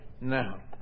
Now